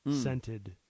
scented